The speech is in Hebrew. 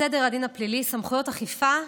סדר הדין הפלילי (סמכויות אכיפה,